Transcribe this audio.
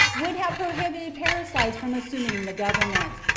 would have prohibited parricides from assuming the government,